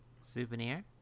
souvenir